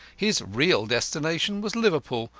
his real destination was liverpool,